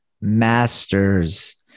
masters